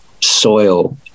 soil